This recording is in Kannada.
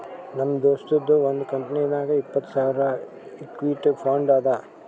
ನಮ್ ದೋಸ್ತದು ಒಂದ್ ಕಂಪನಿನಾಗ್ ಇಪ್ಪತ್ತ್ ಸಾವಿರ್ ಇಕ್ವಿಟಿ ಫಂಡ್ ಅದಾ